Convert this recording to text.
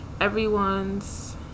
everyone's